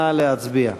נא להצביע.